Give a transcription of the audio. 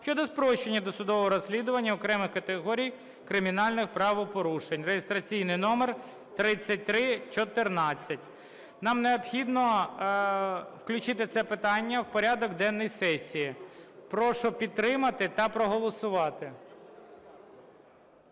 щодо спрощення досудового розслідування окремих категорій кримінальних правопорушень" (реєстраційний номер 3314). Нам необхідно включити це питання в порядок денний сесії. Прошу підтримати та проголосувати.